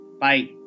Bye